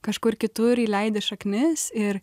kažkur kitur įleidi šaknis ir